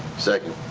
second.